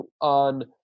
on